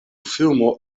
filmo